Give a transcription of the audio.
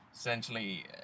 essentially